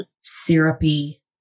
syrupy